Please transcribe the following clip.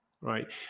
right